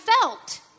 felt